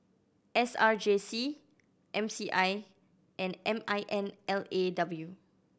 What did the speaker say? S R J C M C I and M I N L A W